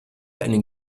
einen